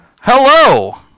Hello